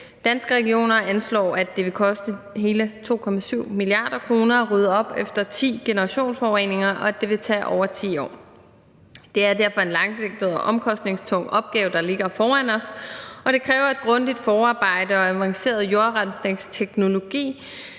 Danske Regioner anslår, at det vil koste hele 2,7 mia. kr. at rydde op efter 10 generationsforureninger, og at det vil tage over 10 år. Det er derfor en langsigtet og omkostningstung opgave, der ligger foran os, og det kræver et grundigt forarbejde og avanceret jordrensningsteknologi,